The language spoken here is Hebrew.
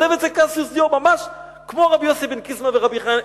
" כותב את זה קסיוס דיו ממש כמו רבי יוסי בן קיסמא ורבי חנינא.